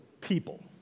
people